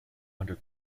under